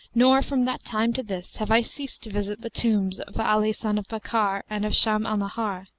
nor from that time to this have i ceased to visit the tombs of ali son of bakkar and of shams al-nahar.